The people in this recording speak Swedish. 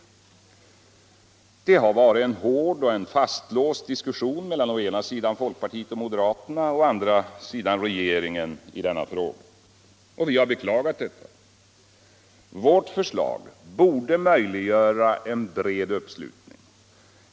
Det har varit en hård och fastlåst diskussion mellan å ena sidan folkpartiet och moderaterna och å andra sidan regeringen i denna fråga. Vi har beklagat detta. Vårt 9 förslag borde möjliggöra en bred uppslutning.